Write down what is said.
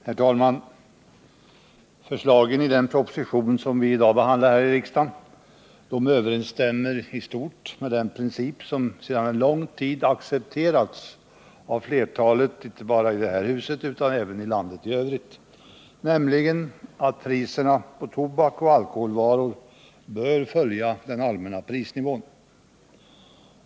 Herr talman! Förslagen i den proposition som vi i dag behandlar här i riksdagen överensstämmer i stort med den princip som sedan lång tid tillbaka accepterats av flertalet, inte bara i det här huset utan i hela vårt land, nämligen att priserna på tobak och alkoholvaror bör följa den allmänna prisnivån.